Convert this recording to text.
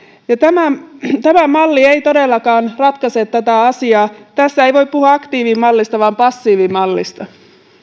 ja tätä asiaa tämä malli ei todellakaan ratkaise tässä ei voi puhua aktiivimallista vaan passiivimallista